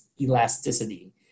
elasticity